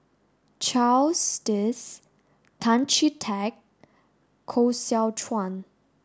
Charles Dyce Tan Chee Teck Koh Seow Chuan